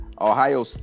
Ohio